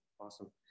awesome